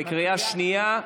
בקריאה שנייה.